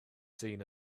seen